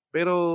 Pero